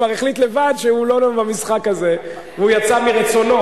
כבר החליט לבד שהוא לא במשחק הזה ויצא מרצונו,